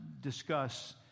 discuss